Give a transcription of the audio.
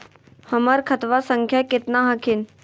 हमर खतवा संख्या केतना हखिन?